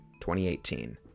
2018